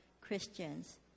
Christians